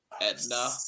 Edna